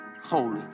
holy